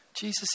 Jesus